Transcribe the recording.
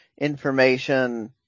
information